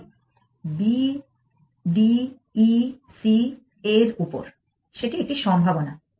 Sorry B D E C A র উপর সেটি একটি সম্ভাবনা